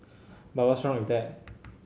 but what's wrong with that